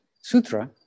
Sutra